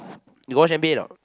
you got watch N_B_A or not